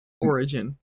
Origin